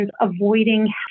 avoiding